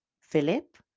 Philip